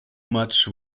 much